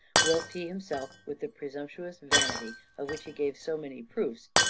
whilst he himself, with the presumptuous vanity of which he gave so many proofs,